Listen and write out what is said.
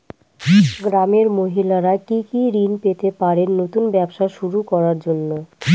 গ্রামের মহিলারা কি কি ঋণ পেতে পারেন নতুন ব্যবসা শুরু করার জন্য?